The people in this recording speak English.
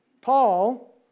Paul